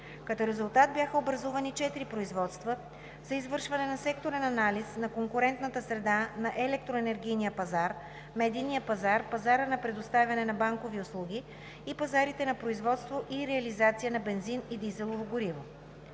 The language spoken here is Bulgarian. Като резултат бяха образувани четири производства за извършване на секторен анализ на конкурентната среда на електроенергийния пазар, медийния пазар, пазара на предоставяне на банкови услуги и пазарите на производство и реализация на бензин и дизелово гориво.